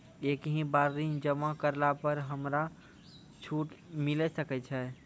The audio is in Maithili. एक ही बार ऋण जमा करला पर हमरा छूट मिले सकय छै?